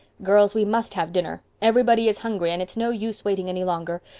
girls, we must have dinner. everybody is hungry and it's no use waiting any longer.